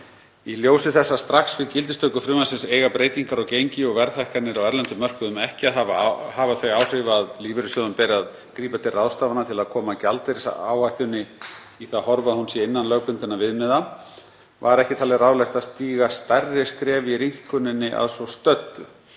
Í ljósi þess að strax við gildistöku frumvarpsins eiga breytingar á gengi og verðhækkanir á erlendum mörkuðum ekki að hafa þau áhrif að lífeyrissjóðum beri að grípa til ráðstafana til að koma gjaldeyrisáhættunni í það horf að hún sé innan lögbundinna viðmiða, var ekki talið ráðlegt að stíga stærri skref í rýmkuninni að svo stöddu.